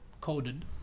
coded